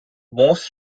most